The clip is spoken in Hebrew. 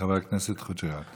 חבר הכנסת חוג'יראת.